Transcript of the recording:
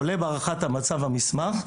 עולה בהערכת המצב המסמך.